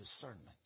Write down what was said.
discernment